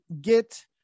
get